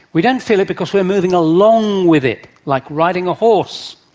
we don't feel it because we're moving along with it. like riding a horse.